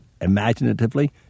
imaginatively